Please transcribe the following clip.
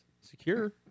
secure